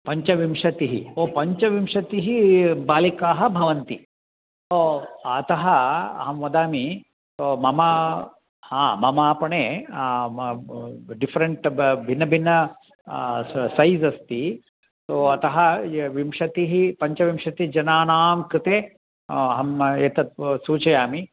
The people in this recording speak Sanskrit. पञ्चविंशतिः ओ पञ्चविंशतिः बालिकाः भवन्ति ओ अतः अहं वदामि ओ मम हा मम आपणे म डिफ़्रेण्ट् ब भिन्न भिन्न स सैज़् अस्ति ओ अतः य विंशतिः पञ्चविंशतिजनानां कृते अहं एतत् सूचयामि